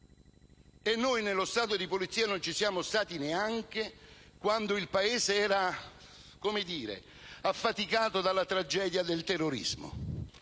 Noi nello Stato di polizia non ci siamo stati neanche quando il Paese era affaticato dalla tragedia del terrorismo.